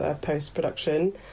post-production